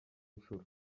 nshuro